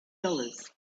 dollars